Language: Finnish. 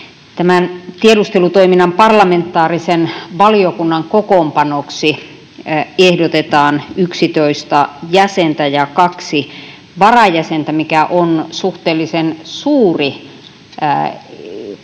Tämän tiedustelutoiminnan parlamentaarisen valiokunnan kokoonpanoksi ehdotetaan 11 jäsentä ja kaksi varajäsentä, mikä on suhteellisen suuri kokoonpano